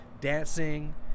dancing